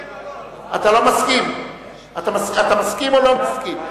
אתה מסכים או לא מסכים?